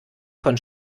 von